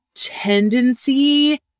tendency